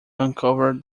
uncover